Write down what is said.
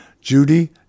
Judy